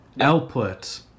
output